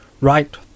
Right